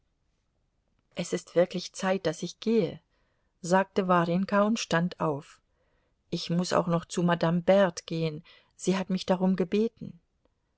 es ist wirklich zeit daß ich gehe sagte warjenka und stand auf ich muß auch noch zu madame berthe gehen sie hat mich darum gebeten